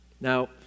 Now